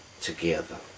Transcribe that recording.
together